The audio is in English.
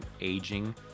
aging